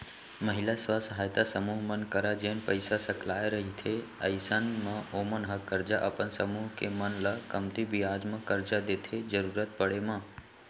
महिला स्व सहायता समूह मन करा जेन पइसा सकलाय रहिथे अइसन म ओमन ह करजा अपन समूह के मन ल कमती बियाज म करजा देथे जरुरत पड़े म